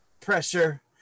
pressure